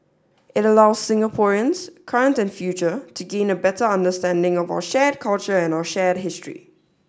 it allows Singaporeans current and future to gain a better understanding of our shared culture and our shared history